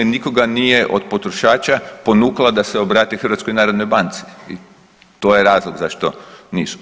Nikoga nije od potrošača ponukalo da se obrate HNB-u to je razlog zašto nismo.